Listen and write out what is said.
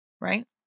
right